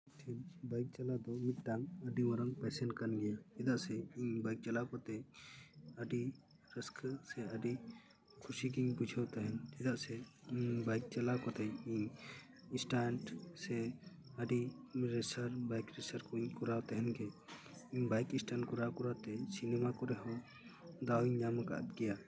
ᱤᱧ ᱴᱷᱮᱱ ᱵᱟᱭᱤᱠ ᱪᱟᱞᱟᱣ ᱫᱚ ᱢᱤᱫᱴᱟᱝ ᱟᱹᱰᱤ ᱢᱟᱨᱟᱝ ᱯᱮᱥᱮᱱ ᱠᱟᱱ ᱜᱮᱭᱟ ᱪᱮᱫᱟᱜ ᱥᱮ ᱤᱧ ᱵᱟᱭᱤᱠ ᱪᱟᱞᱟᱣ ᱠᱟᱛᱮ ᱟᱹᱰᱤ ᱨᱟᱹᱥᱠᱟᱹ ᱥᱮ ᱟᱹᱰᱤ ᱠᱷᱩᱥᱤᱜᱮᱧ ᱵᱩᱡᱷᱟᱹᱣ ᱛᱟᱦᱮᱱ ᱪᱮᱫᱟᱜ ᱥᱮ ᱵᱟᱭᱤᱠ ᱪᱟᱞᱟᱣ ᱠᱟᱛᱮ ᱤᱧ ᱥᱴᱮᱱᱴ ᱥᱮ ᱟᱹᱰᱤ ᱨᱮᱥᱟᱨ ᱵᱟᱭᱤᱠ ᱨᱮᱥᱟᱨ ᱠᱚᱹᱧ ᱠᱚᱨᱟᱣ ᱛᱟᱦᱮᱱ ᱜᱮ ᱵᱟᱭᱤᱠ ᱥᱴᱮᱱ ᱠᱚᱨᱟᱣ ᱠᱚᱨᱟᱣ ᱛᱮ ᱥᱤᱱᱤᱢᱟ ᱠᱚᱨᱮ ᱦᱚᱸ ᱫᱟᱣ ᱤᱧ ᱧᱟᱢ ᱠᱟᱫ ᱜᱮᱭᱟ